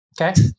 Okay